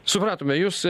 supratome jus